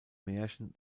märchen